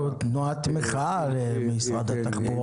אנחנו תנועת מחאה למשרד התחבורה.